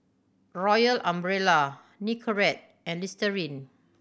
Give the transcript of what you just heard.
Royal Umbrella Nicorette and Listerine